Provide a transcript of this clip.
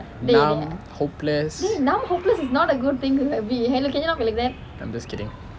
numb hopeless I'm just kidding